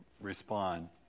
respond